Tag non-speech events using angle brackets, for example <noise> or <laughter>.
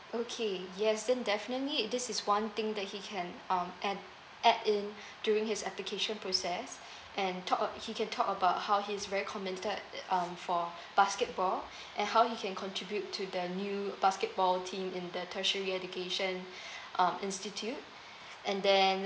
okay yes then definitely this is one thing that he can um add add in during his application process and talk a~ he can talk about how he's very committed um for basketball and how he can contribute to the new basketball team in the tertiary education <breath> uh institute and then